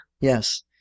Yes